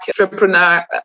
Entrepreneur